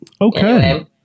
Okay